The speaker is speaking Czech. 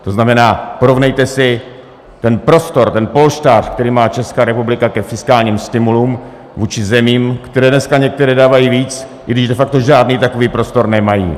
To znamená, porovnejte si ten prostor, ten polštář, který má Česká republika k fiskálním stimulům, vůči zemím, které dneska některé dávají víc, i když de facto žádný takový prostor nemají.